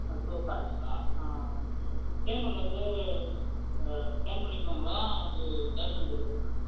ம் டூ ஃபாட்டிங்ளா ஆம் ம் பேமென்ட் வந்து அ ஸ்கேன் பண்ணிக்கிலாங்களா வந்து கேஷ் ஆன் டெலிவரியா